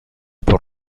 por